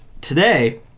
today